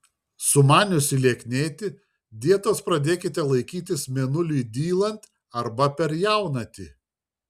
sumaniusi lieknėti dietos pradėkite laikytis mėnuliui dylant arba per jaunatį